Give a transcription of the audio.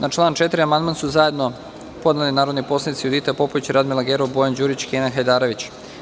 Na član 4. amandman su zajedno podneli narodni poslanici Judita Popović, Radmila Gerov, Bojan Đurić i Kenan Hajdarević.